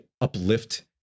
uplift